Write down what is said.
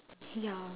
ya